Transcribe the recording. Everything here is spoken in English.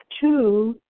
two